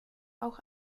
auch